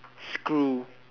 screw